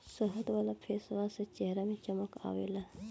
शहद वाला फेसवाश से चेहरा में चमक आवेला